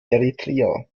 eritrea